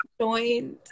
joined